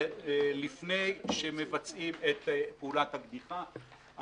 לפני שמבצעים את פעולת הקדיחה,